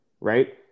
right